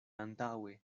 antaŭe